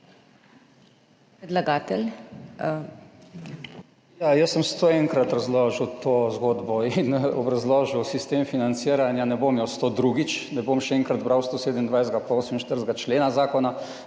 (PS SDS): Jaz sem sto enkrat razložil to zgodbo in obrazložil sistem financiranja. Ne bom jaz sto drugič, ne bom še enkrat bral 127. pa 48. člena zakona.